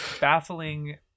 baffling